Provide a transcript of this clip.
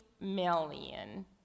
million